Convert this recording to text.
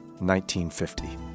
1950